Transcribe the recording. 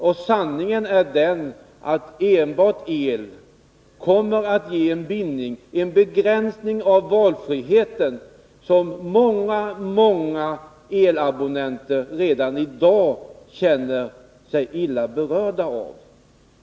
Och sanningen är den att användning enbart av el kommer att skapa en bindning, en begränsning av valfriheten, som många elabonnenter redan i dag känner sig illa berörda av.